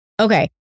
Okay